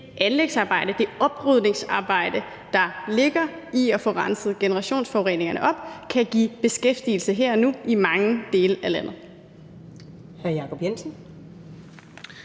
det anlægsarbejde, det oprydningsarbejde, der ligger i at få renset generationsforureningerne op, kan give beskæftigelse her og nu i mange dele af landet.